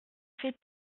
fait